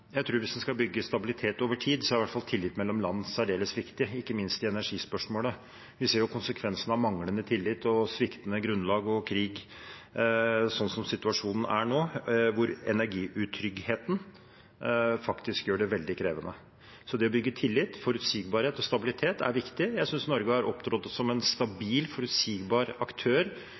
Hvis en skal bygge stabilitet over tid, er i hvert fall tillit mellom land særdeles viktig, ikke minst i energispørsmålet. Vi ser konsekvensene av manglende tillit, sviktende grunnlag og krig, slik situasjonen er nå, hvor energiutryggheten gjør det veldig krevende. Så det å bygge tillit, forutsigbarhet og stabilitet er viktig. Jeg synes Norge har opptrådt som en stabil og forutsigbar aktør